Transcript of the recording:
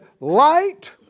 light